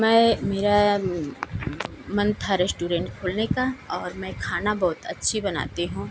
मैं मेरा यह मन था रेश्टोरेंट खोलने का और मैं खाना बहुत अच्छी बनाती हूँ